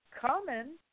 common